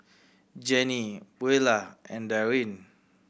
Jenny Beulah and Darin